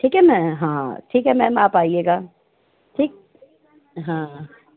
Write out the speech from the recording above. ठीक है मै ठीक है मैम आप आइएगा ठीक हाँ